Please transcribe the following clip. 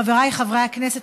חבריי חברי הכנסת,